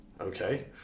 okay